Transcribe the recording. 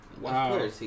Wow